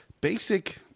basic